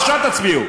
עכשיו תצביעו.